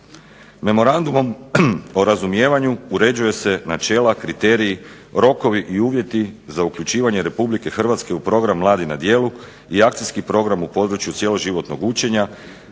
Memorandumom o razumijevanju uređuju se načela, kriteriji, rokovi i uvjeti za uključivanje Republike Hrvatske u Program Mladi na djelu i Akcijski program u području cjeloživotnog učenja